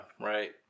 right